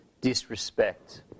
disrespect